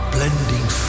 Blending